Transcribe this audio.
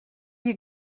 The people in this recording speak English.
you